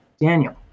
Daniel